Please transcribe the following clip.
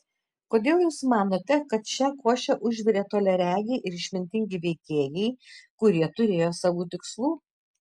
kodėl jūs manote kad šią košę užvirė toliaregiai ir išmintingi veikėjai kurie turėjo savų tikslų